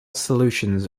solutions